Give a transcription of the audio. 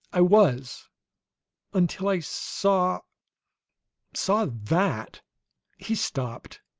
i was until i saw saw that he stopped,